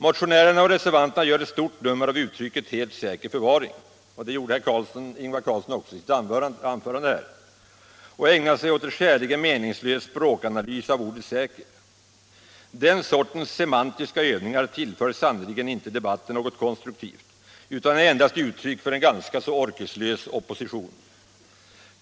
Motionärerna och reservanterna gör ett stort nummer av uttrycket ”helt säker förvaring” — det gjorde herr Ingvar Carlsson också i sitt anförande — och ägnar sig åt en skäligen meningslös språkanalys av ordet ”säker”. Den sortens semantiska övningar tillför sannerligen inte debatten något konstruktivt utan är endast uttryck för en ganska så orkeslös opposition.